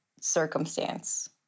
circumstance